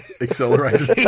accelerated